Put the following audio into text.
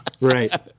Right